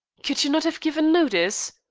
could you not have given notice?